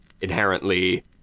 inherently